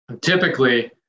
Typically